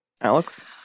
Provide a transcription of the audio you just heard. Alex